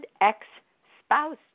ex-spouse